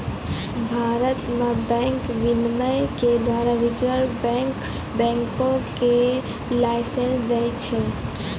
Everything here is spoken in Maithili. भारत मे बैंक विनियमन के द्वारा रिजर्व बैंक बैंको के लाइसेंस दै छै